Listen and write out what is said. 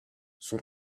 son